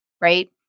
right